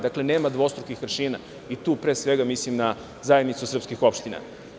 Dakle, nema dvostrukih aršina, a tu pre svega mislim na Zajednicu srpskih opština.